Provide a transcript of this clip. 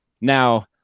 Now